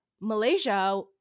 Malaysia